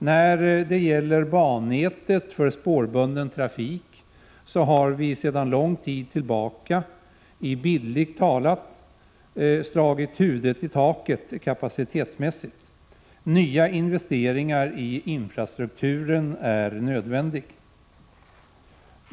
När det gäller bannätet för spårbunden trafik har vi kapacitetsmässigt sedan lång tid tillbaka bildligt talat slagit huvudet i taket. Nya investeringar i infrastrukturen är nödvändiga.